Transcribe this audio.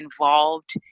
involved